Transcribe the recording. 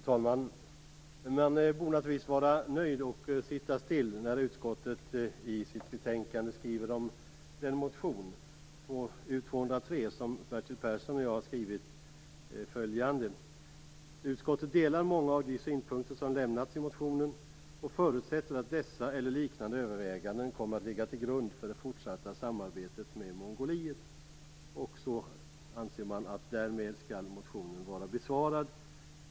Fru talman! Jag borde naturligtvis vara nöjd och sitta still när utskottet i sitt betänkande skriver följande om den motion, U203, som Bertil Persson och jag har skrivit: "Utskottet delar många av de synpunkter som lämnats i motionen och förutsätter att dessa, eller liknande överväganden, kommer att ligga till grund för det fortsatta samarbetet med Mongoliet". Man anser att motionen därmed är besvarad.